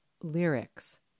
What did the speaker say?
lyrics